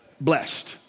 Blessed